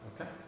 Okay